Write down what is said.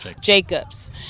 Jacobs